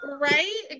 Right